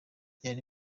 yari